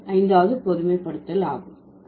அது ஐந்தாவது பொதுமைப்படுத்தல் ஆகும்